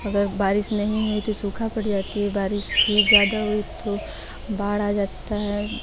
अगर बारिश नहीं हुई तो सूखा पड़ जाता है बारिश हुई ज़्यादा हुई तो बाढ़ आ जाती है